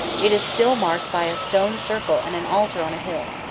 it is still marked by a stone circle and an altar on a hill.